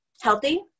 healthy